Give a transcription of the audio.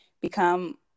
become